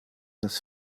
das